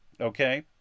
okay